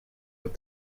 with